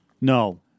No